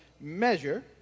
measure